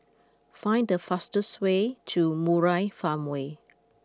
find the fastest way to Murai Farmway